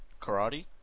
Karate